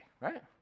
Right